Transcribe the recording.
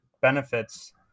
benefits